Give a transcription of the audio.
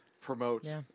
promote